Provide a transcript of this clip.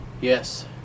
Yes